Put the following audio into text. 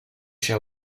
shall